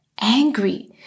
angry